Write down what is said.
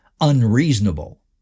unreasonable